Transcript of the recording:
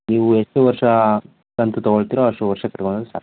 ನೀವು ಎಷ್ಟು ವರ್ಷ ಕಂತು ತೊಗೊಳ್ತಿರೊ ಅಷ್ಟು ವರ್ಷ ಕಟ್ಕೊಂಡು ಹೋದ್ರೆ ಸಾಕು